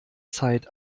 zeit